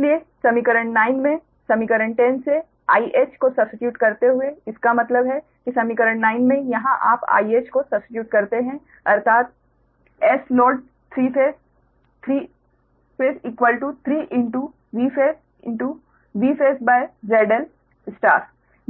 इसलिए समीकरण 9 में समीकरण 10 से 𝑰𝑯 को सब्स्टीट्यूट करते हुए इसका मतलब है कि समीकरण 9 में यहां आप 𝑰𝑯 को सब्स्टीट्यूट करते है अर्थात Sload3ϕ3Vphase